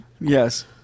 yes